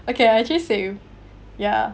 okay I actually same ya